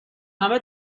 همه